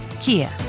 Kia